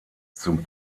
zum